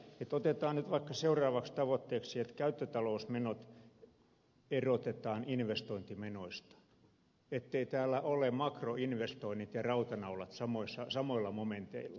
otetaan nyt vaikka seuraavaksi tavoitteeksi että käyttötalousmenot erotetaan investointimenoista ettei täällä ole makroinvestoinnit ja rautanaulat samoilla momenteilla